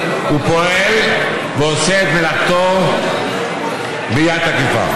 הוא פועל ועושה את מלאכתו ביד תקיפה.